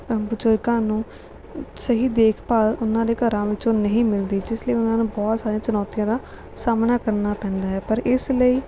ਬਜ਼ੁਰਗਾਂ ਨੂੰ ਸਹੀ ਦੇਖਭਾਲ ਉਹਨਾਂ ਦੇ ਘਰਾਂ ਵਿੱਚੋਂ ਨਹੀਂ ਮਿਲਦੀ ਜਿਸ ਲਈ ਉਹਨਾਂ ਨੂੰ ਬਹੁਤ ਸਾਰੀਆਂ ਚੁਣੌਤੀਆਂ ਦਾ ਸਾਹਮਣਾ ਕਰਨਾ ਪੈਂਦਾ ਹੈ ਪਰ ਇਸ ਲਈ